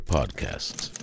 Podcasts